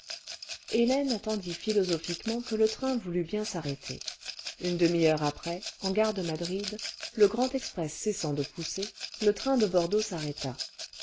hélène attendit philosophiquement que le train voulût bien s'arrêter une demi-heure après en gare de madrid le grand express cessant de pousser le train de bordeaux s'arrêta